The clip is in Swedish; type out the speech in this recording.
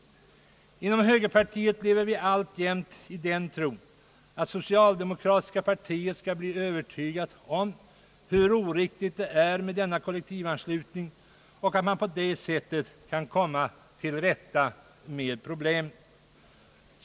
Inom högerpartiet lever vi alltjämt i den tron att det socialdemokratiska partiet skall bli övertygat om hur oriktigt det är med denna kollektivanslutning och att man på det sättet kan komma till rätta med problemet.